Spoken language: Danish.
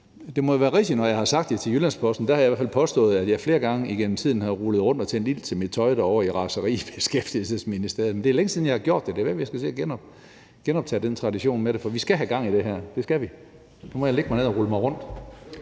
det må jo være rigtigt, når jeg har sagt det til Jyllands-Posten. Der har jeg i hvert fald påstået, at jeg flere gange igennem tiden har rullet rundt og tændt ild til mit tøj i raseri derovre i Beskæftigelsesministeriet, men det er længe siden, jeg har gjort det. Det kan være, jeg skal til at genoptage traditionen med det, for vi skal have gang i det her; det skal vi! Nu må jeg lægge mig ned og rulle rundt.